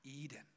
Eden